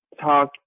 talk